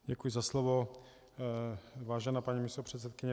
Děkuji za slovo, vážená paní místopředsedkyně.